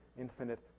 infinite